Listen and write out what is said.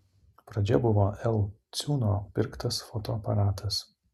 pradžia buvo l ciūnio pirktas fotoaparatas